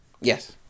Yes